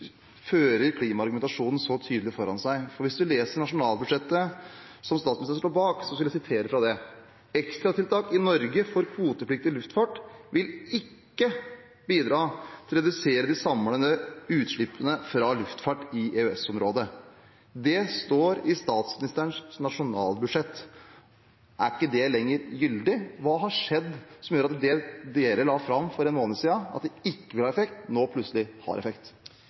klimaargumentasjonen så tydelig foran seg, for hvis man leser nasjonalbudsjettet, som statsministeren står bak, står det følgende: «Ekstratiltak i Norge for kvotepliktig luftfart vil ikke bidra til å redusere de samlede utslippene fra luftfart i EØS-området.» Det står i statsministerens nasjonalbudsjett. Er ikke det lenger gyldig? Hva har skjedd som gjør at det som dere la fram for en måned siden, at det ikke ville ha effekt, nå plutselig har effekt?